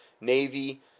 Navy